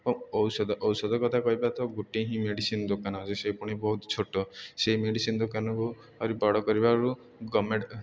ଓ ଔଷଧ ଔଷଧ କଥା କହିବା ତ ଗୋଟେ ହିଁ ମେଡ଼ିସିନ୍ ଦୋକାନ ଅଛି ସେ ପୁଣି ବହୁତ ଛୋଟ ସେଇ ମେଡ଼ିସିନ୍ ଦୋକାନକୁ ଆହୁରି ବଡ଼ କରିବାରୁ ଗଭର୍ଣ୍ଣମେଣ୍ଟ